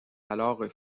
alors